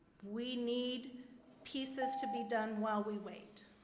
we need pieces to be done while we wait.